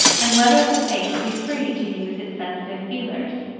and whether the face be free to use its sensitive feelers.